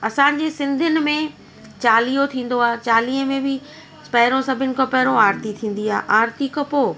असांजी सिंधियुनि में चालीहो थींदो आहे चालीहे में बि पहिरियों सभिनि खां पहिरियों आरती थींदी आहे आरती खां पोइ